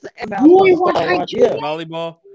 Volleyball